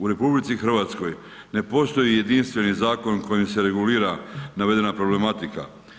U RH ne postoji jedinstven zakon kojim se regulira navedena problematika.